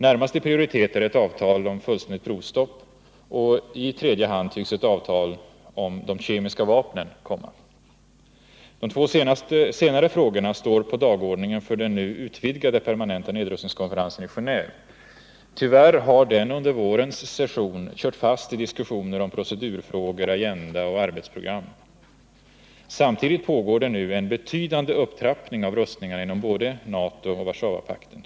Närmast i prioritet är ett avtal om fullständigt provstopp, och i tredje hand tycks ett avtal om de kemiska vapnen komma. De två senare frågorna står på dagordningen för den nu utvidgade permanenta nedrustningskonferensen i Genéve. Tyvärr har den under vårens session kört fast i diskussioner om procedurfrågor, agenda och arbetsprogram. Samtidigt pågår det nu en betydande upptrappning av rustningarna inom både NATO och Warszawapakten.